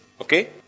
Okay